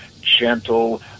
gentle